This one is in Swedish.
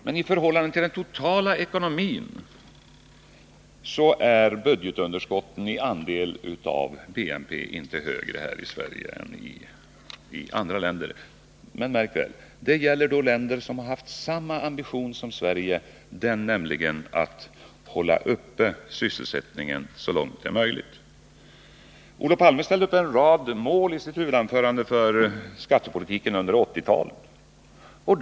Men i förhållande till den totala ekonomin är budgetunderskotten i andel av BNP inte högre i Sverige än i andra länder — märk väl: det gäller då länder som haft samma ambition som Sverige, den nämligen att hålla uppe sysselsättningen så långt det är möjligt. Olof Palme ställde i sitt huvudanförande upp en rad mål för skattepolitiken under 1980-talet.